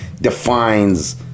defines